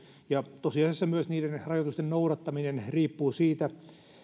ja tosiasiassa myös niiden rajoitusten noudattaminen riippuvat siitä